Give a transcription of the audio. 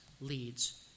leads